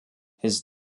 his